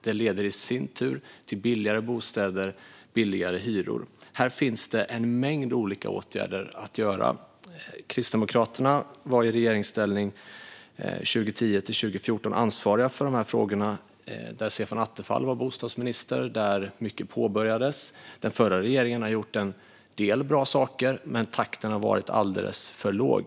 Detta leder i sin tur till billigare bostäder och billigare hyror. Här finns det en mängd olika åtgärder att vidta. Kristdemokraterna var 2010-2014 i regeringsställning ansvariga för dessa frågor när Stefan Attefall var bostadsminister, och mycket påbörjades då. Den förra regeringen har gjort en del bra saker, men takten har varit alldeles för låg.